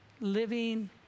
living